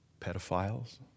pedophiles